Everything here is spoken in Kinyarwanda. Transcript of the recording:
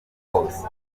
hose